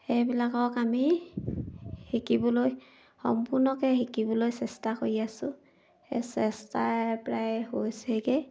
সেইবিলাকক আমি শিকিবলৈ সম্পূৰ্ণকৈ শিকিবলৈ চেষ্টা কৰি আছোঁ সেই চেষ্টা প্ৰায় হৈছেগৈ